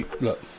look